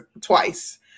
twice